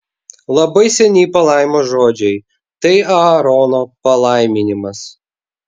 labai seni palaimos žodžiai tai aarono palaiminimas